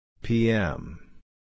PM